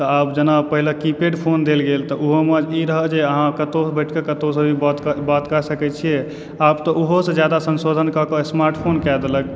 तऽ आब जेना पहिले की पैड फोन देल गेल तऽ ओहोमे ई रहए जे अहाँ कतौ बैठ कऽ कतौ सऽ भी बात कए सकै छियै आब तऽ ओहो सऽ जादा संसोधन कऽ कऽ स्मार्टफोन कए देलक